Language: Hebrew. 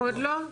עוד לא?